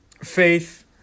faith